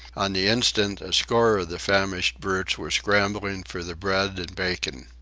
on the instant a score of the famished brutes were scrambling for the bread and bacon.